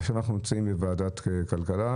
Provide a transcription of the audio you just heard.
ועכשיו אנחנו נמצאים בוועדת הכלכלה.